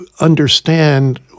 understand